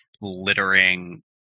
littering